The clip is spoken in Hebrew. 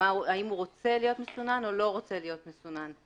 האם הוא רוצה להיות מסונן או לא רוצה להיות מסונן.